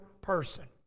person